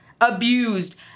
abused